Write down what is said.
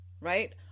right